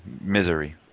Misery